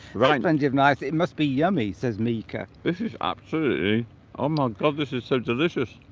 right and give nice it must be yummy says mika this is absolutely oh my god this is so delicious